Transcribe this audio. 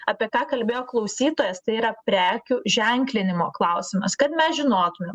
apie ką kalbėjo klausytojas tai yra prekių ženklinimo klausimas kad me žinotumėm